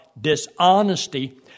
dishonesty